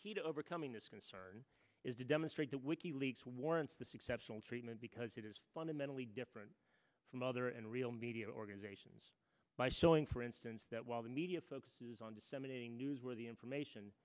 key to overcoming this concern is to demonstrate that wiki leaks warrants this exceptional treatment because it is fundamentally different from other and real media organizations by showing for instance that while the media focuses on disseminating newsworthy information